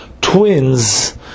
twins